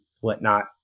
whatnot